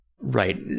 right